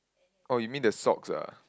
oh you mean the socks ah